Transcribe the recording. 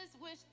wish